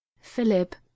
philip